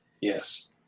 Yes